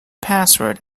password